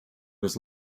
was